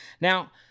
now